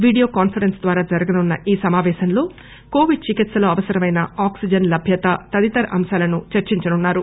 video conference ద్వారా జరగనున్న ఈ సమాపేశంలో కోవిడ్ చికిత్సలో అవసరమైన ఆక్సిజన్ లభ్యత తదితర అంశాలను చర్చించనున్నారు